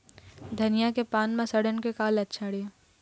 धनिया के पान म सड़न के का लक्षण ये?